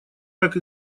как